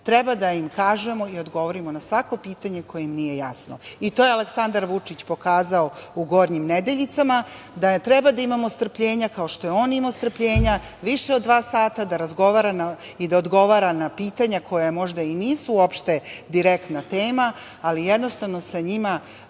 Treba da im kažemo i odgovorimo na svako pitanje koje im nije jasno. To je Aleksandar Vučić pokazao u Gornjim Nedeljicama, da treba da imamo strpljenja, kao što je on imao strpljenja više od dva sata da razgovara i da odgovara na pitanja koja možda i nisu uopšte direktna tema, ali, jednostavno, sa njima